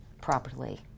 properly